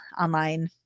online